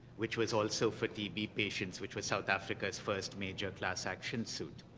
which was also for tb patients, which was south africa's first major class action suit.